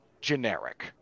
generic